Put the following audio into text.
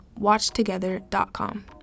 watchtogether.com